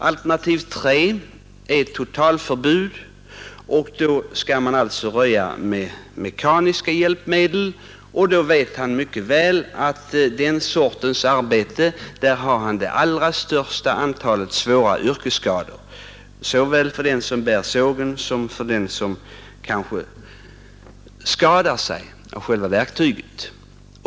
Alternativ tre är totalförbud och då skall man alltså röja med mekaniska hjälpmedel och då vet han mycket väl att man vid den sortens arbete har det allra största antalet svåra yrkesskador, såväl för den som bär sågen som för den som kanske skadar sig av själva verktygen.